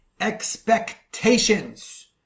expectations